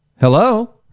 Hello